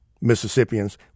Mississippians